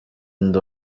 ndi